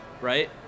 Right